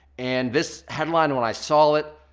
and this headline, when i saw it,